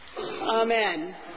Amen